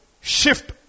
Shift